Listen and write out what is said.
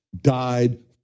died